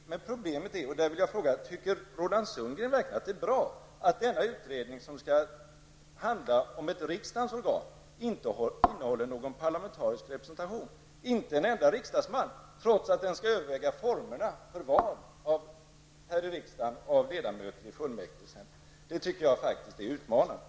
Anser Roland Sundgren verkligen att det är bra att denna utredning, som skall handla om ett riksdagens organ, inte har någon parlamentarisk representation, inte en enda riksdagsman, trots att den skall överväga formerna för val här i riksdagen av ledamöter i exempelvis fullmäktige? Det tycker jag faktiskt är utmanande.